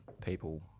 people